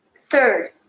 Third